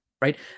right